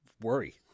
worry